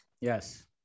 Yes